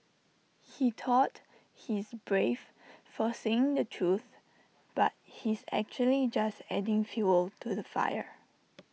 he thought he's brave for saying the truth but he's actually just adding fuel to the fire